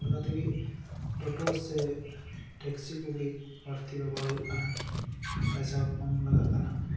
ᱴᱚᱴ taxi ᱠᱚᱜᱮ ᱵᱟᱹᱲᱛᱤ ᱵᱮᱵᱚᱦᱟᱨ ᱦᱩᱭᱩᱜ ᱠᱟᱱᱟ ᱯᱚᱭᱥᱟ ᱠᱚᱢ ᱞᱟᱜᱟᱜ ᱠᱟᱱᱟ